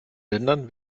ländern